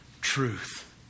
truth